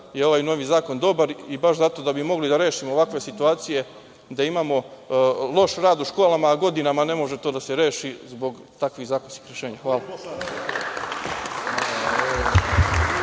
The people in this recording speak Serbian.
je ovaj novi zakon dobar i baš zato da bi mogli da rešimo ovakve situacije, gde imamo loš rad u školama, a godinama ne može to da se reši zbog takvih zakonskih rešenja. Hvala.(Boško